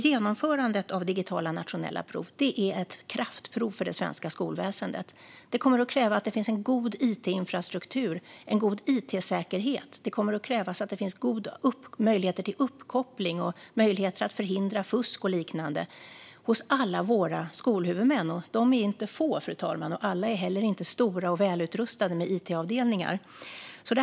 Genomförandet av digitala nationella prov är ett kraftprov för det svenska skolväsendet. Det kommer att kräva att det finns en god it-infrastruktur och en god it-säkerhet. Det kommer att krävas att det finns möjligheter till uppkoppling och möjligheter att förhindra fusk och liknande hos alla våra skolhuvudmän. De är inte få, fru talman, och alla är heller inte stora och välutrustade med it-avdelningar.